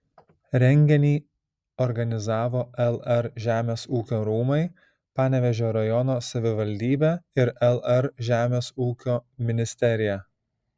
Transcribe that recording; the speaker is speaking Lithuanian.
renginį organizavo lr žemės ūkio rūmai panevėžio rajono savivaldybė ir lr žemės ūkio ministerija